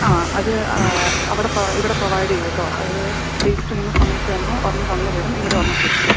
ആ അത് അവിടെ ഇവിടെ പ്രൊവൈഡ് ചെയ്യും കേട്ടോ അത് രജിസ്റ്റർ ചെയ്യുന്ന സമയത്ത് തന്നെ ഒരെണ്ണം തന്ന് വിടും ഇവിടെ ഒരെണ്ണം സൂക്ഷിക്കും